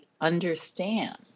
understand